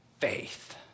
faith